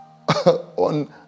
on